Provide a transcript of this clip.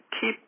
keep